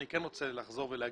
אני רוצה לחזור ולהגיד,